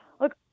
look